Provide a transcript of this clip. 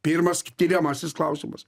pirmas tiriamasis klausimas